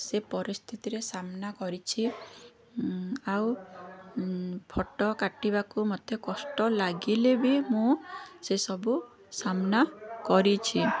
ସେ ପରିସ୍ଥିତିରେ ସାମ୍ନା କରିଛି ଆଉ ଫଟୋ କାଟିବାକୁ ମୋତେ କଷ୍ଟ ଲାଗିଲେ ବି ମୁଁ ସେ ସବୁ ସାମ୍ନା କରିଛି